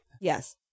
Yes